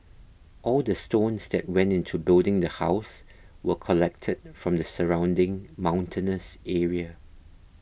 all the stones that went into building the house were collected from the surrounding mountainous area